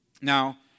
Now